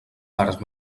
parts